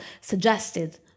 suggested